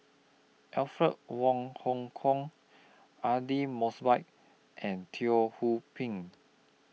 Alfred Wong Hong Kwok Aidli Mosbit and Teo Ho Pin